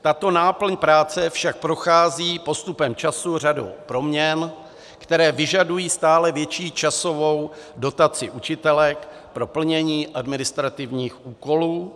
Tato náplň práce však prochází postupem času řadou proměn, které vyžadují stále větší časovou dotaci učitelek pro plnění administrativních úkolů.